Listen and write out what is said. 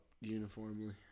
uniformly